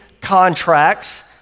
contracts